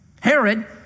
Herod